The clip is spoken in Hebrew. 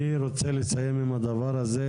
אני רוצה לסיים עם הדבר הזה,